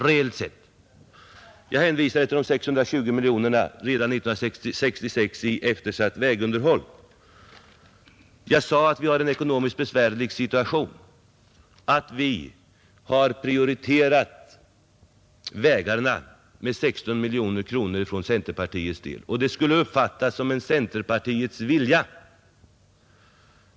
Redan 1966 finns ett eftersatt vägunderhåll med 620 miljoner kronor. Jag sade att vi hade en besvärlig ekonomisk situation, men att centerpartiet trots detta ville prioritera vägarna med 16 miljoner kronor. Det skall uppfattas som en centerpartiets vilja.